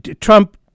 Trump